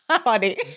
funny